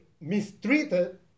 mistreated